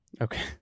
Okay